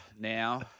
now